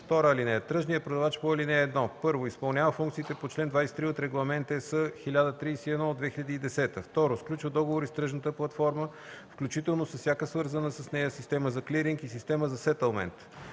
(2) Тръжният продавач по ал. 1: 1. изпълнява функциите по чл. 23 от Регламент (ЕС) № 1031/2010; 2. сключва договори с тръжната платформа, включително с всяка свързана с нея система за клиринг и система за сетълмент;